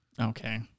Okay